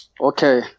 Okay